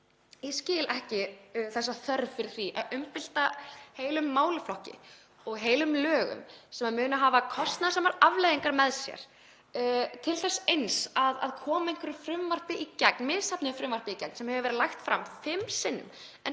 ekki þessa þörf fyrir að umbylta heilum málaflokki og heilum lögum sem mun hafa kostnaðarsamar afleiðingar í för með sér til þess eins að koma einhverju frumvarpi í gegn, misheppnuðu frumvarpi sem hefur verið lagt fram fimm sinnum en